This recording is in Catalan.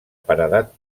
paredat